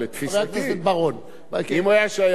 אם הוא היה שייך למערכת הביטחון אני הייתי שמח לטפל בו,